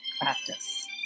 practice